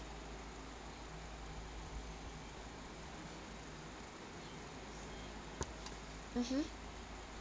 mmhmm